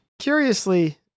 Curiously